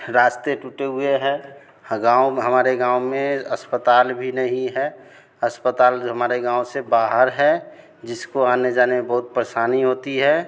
रास्ते टूटे हुए हैं हं गाँव हमारे गांव में अस्पताल भी नहीं है अस्पताल जो हमारे गाँव से बाहर है जिसको आने जाने बहोत परेशानी होती है